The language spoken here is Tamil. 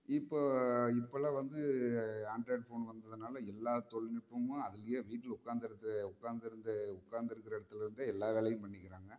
இப்போது இப்பெல்லாம் வந்து ஆண்ட்ராய்ட் ஃபோன் வந்ததனால எல்லா தொழில்நுட்பமும் அதிலையே வீட்டில உட்காந்துருந்து உட்காந்திருந்து உட்காந்துருக்கற இடத்துல இருந்தே எல்லா வேலையும் பண்ணிக்கிறாங்க